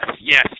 yes